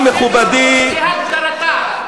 כהגדרתה.